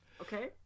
okay